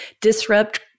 disrupt